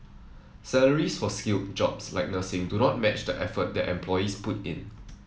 salaries for skilled jobs like nursing do not match the effort that employees put in